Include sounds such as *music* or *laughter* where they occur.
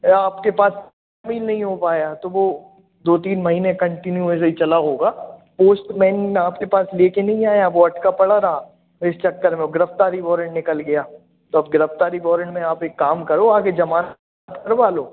या आपके पास *unintelligible* नहीं हो पाया तो वह दो तीन महीने कंटिन्यू ऐसे ही चला होगा पोस्टमैन आपके पास लेकर नहीं आया वह अटका पड़ा रहा इस चक्कर में गिरफ़्तारी वारंट निकल गया तो अब गिरफ़्तारी वारंट में आप एक काम करो आगे जमा करवा लो